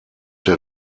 der